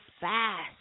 fast